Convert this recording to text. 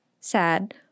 Sad